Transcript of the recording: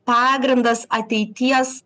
pagrindas ateities